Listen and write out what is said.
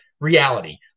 reality